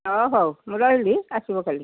ହଉ ହଉ ମୁଁ ରହିଲି ଆସିବ କାଲି